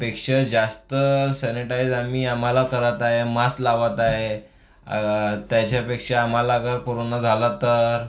पेक्षा जास्त सॅनेटाईज आम्ही आम्हाला करत आहे मास्क लावत आहे त्याच्यापेक्षा आम्हाला अगर कोरोना झाला तर